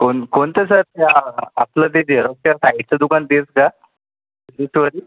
कोण कोणतं सर त्या आपलं ते झेरॉक्सच्या साईडचं दुकान तेच का बुथवाली